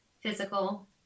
physical